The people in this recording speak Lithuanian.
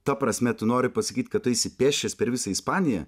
ta prasme tu nori pasakyt kad tu eisi pėsčias per visą ispaniją